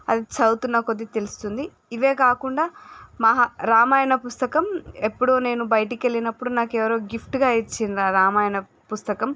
అది చదువుతున్న కొద్ది తెలుస్తుంది ఇవే కాకుండా మహ రామాయణం పుస్తకం ఎప్పుడో నేను బయటకి వెళ్ళినప్పుడు నాకు ఎవరో గిఫ్ట్గా ఇచ్చిండ్రు ఆ రామాయణ పుస్తకం